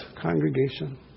congregation